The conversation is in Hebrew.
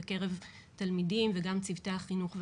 בקרב תלמידים וגם צוותי החינוך וההורים.